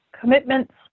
commitments